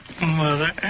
Mother